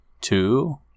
two